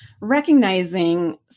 recognizing